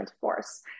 force